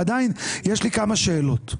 עדיין יש לי כמה שאלות.